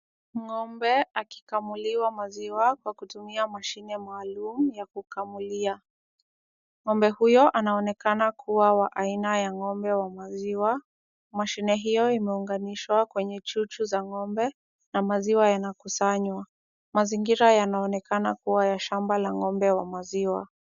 Ng'ombe akikamuliwa maziwa kwa kutumia mashine maalum ya kukamulia. Ng'ombe huyo anaonekana kuwa wa aina ya ng'ombe wa maziwa. Mashine hiyo imeunganishwa kwenye chuchu za ng'ombe, na maziwa yanakusanywa. Mazingira yanaonekana kuwa ya shamba la ng'ombe wa maziwa.